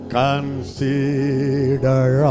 consider